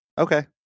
okay